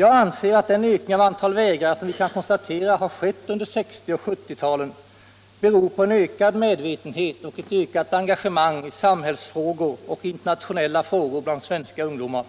Jag menar att den ökning av antalet vägrare som vi kan konstatera har skett under 1960 och 1970-talen beror på en ökad medvetenhet och ett ökat engagemang i samhällsfrågor och internationella spörsmål bland svenska ungdomar.